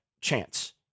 chance